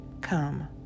come